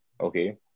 okay